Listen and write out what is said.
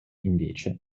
invece